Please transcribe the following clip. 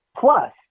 plus